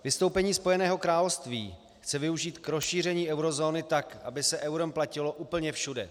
Vystoupení Spojeného království chce využít k rozšíření eurozóny tak, aby se eurem platilo úplně všude.